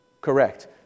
Correct